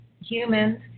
humans